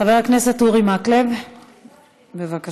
חבר הכנסת אורי מקלב, בבקשה.